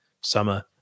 summer